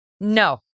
no